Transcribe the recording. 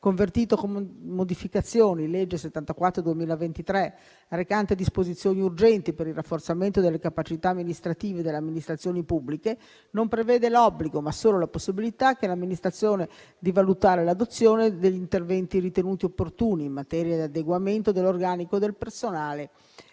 convertito con modificazioni dalla legge n. 74 del 2023, recante disposizioni urgenti per il rafforzamento della capacità amministrativa delle amministrazioni pubbliche, non prevede l'obbligo, ma solo la possibilità per l'amministrazione di valutare l'adozione degli interventi ritenuti opportuni in materia di adeguamento dell'organico del personale